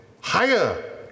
higher